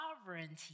sovereignty